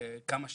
כמה שייכנסו.